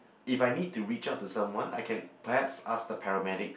if I need to reach out to someone I can perhaps ask the paramedics